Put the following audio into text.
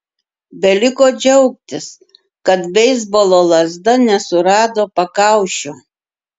beliko džiaugtis kad beisbolo lazda nesurado pakaušio